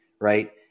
Right